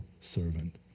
servant